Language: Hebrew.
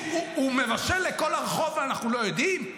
הוא מבשל לכל הרחוב ואנחנו לא יודעים?